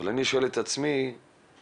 אבל אני שואל את עצמי במצב,